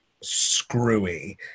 screwy